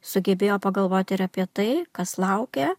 sugebėjo pagalvot ir apie tai kas laukia